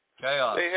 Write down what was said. Chaos